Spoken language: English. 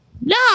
No